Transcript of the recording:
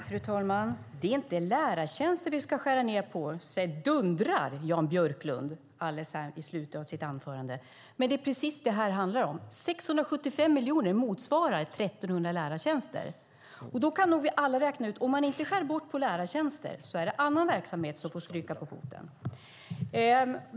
Fru talman! Det är inte lärartjänster vi ska skära ned på, dundrade Jan Björklund alldeles i slutet av sitt anförande. Men det är ju precis detta det handlar om. 675 miljoner motsvarar 1 300 lärartjänster. Alla kan räkna ut att om man inte skär bort lärartjänster är det annan verksamhet som får stryka på foten.